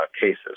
cases